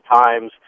times